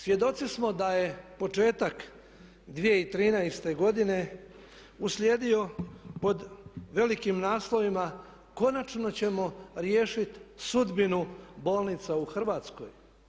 Svjedoci smo da je početak 2013. godine uslijedio pod velikim naslovima "Konačno ćemo riješiti sudbinu bolnica u Hrvatskoj.